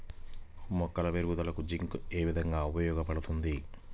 మొక్కల పెరుగుదలకు జింక్ ఏ విధముగా ఉపయోగపడుతుంది?